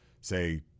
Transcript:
say